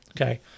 Okay